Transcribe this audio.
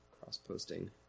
Cross-posting